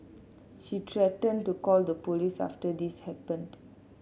she threatened to call the police after this happened